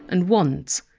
and wands.